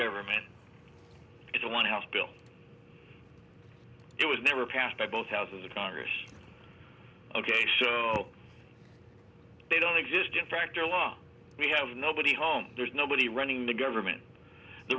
government is a one house bill it was never passed by both houses of congress ok so they don't exist in fact or law we have nobody home there's nobody running the government the